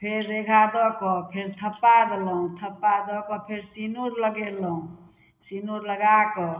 फेर रेघा दऽ कऽ फेर थप्पा देलहुँ थप्पा दऽ कऽ फेर सिनूर लगेलहुँ सिनूर लगा कऽ